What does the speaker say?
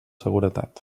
seguretat